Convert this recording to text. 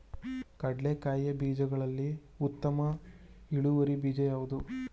ಕಡ್ಲೆಕಾಯಿಯ ಬೀಜಗಳಲ್ಲಿ ಉತ್ತಮ ಇಳುವರಿ ಬೀಜ ಯಾವುದು?